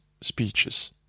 speeches